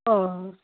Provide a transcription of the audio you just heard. অঁ